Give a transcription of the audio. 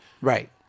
Right